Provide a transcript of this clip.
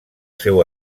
seu